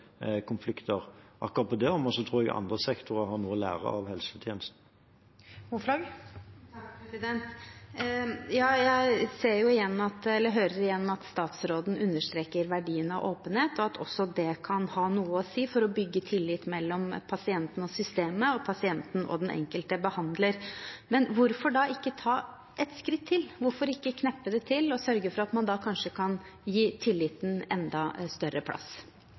Akkurat på det området tror jeg andre sektorer har noe å lære av helsetjenesten. Jeg hører igjen at statsråden understreker verdien av åpenhet, og at også det kan ha noe å si for å bygge tillit mellom pasienten og systemet, og pasienten og den enkelte behandler. Men hvorfor ikke ta et skritt til? Hvorfor ikke kneppe det til og sørge for at man kanskje kan gi tilliten enda større plass?